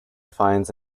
finds